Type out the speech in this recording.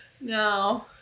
no